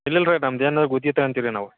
ಇಲ್ಲಿಲ್ರಿ ನಮ್ದೇನು ಗುತ್ತಿಗೆತೊಂತೀವ್ರಿ ನಾವು